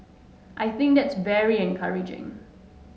I think that's very encouraging